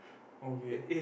okay